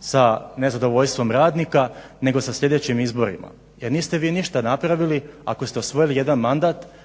sa nezadovoljstvom radnika nego sa sljedećim izborima. Jer niste vi ništa napravili ako ste osvojili jedan mandat